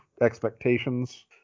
expectations